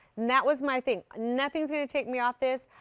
that was my thing. nothing's going to take me off this.